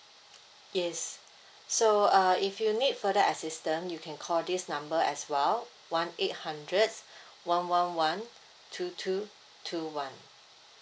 yes so uh if you need further assistant you can call this number as well one eight hundred one one one two two two one